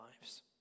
lives